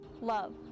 love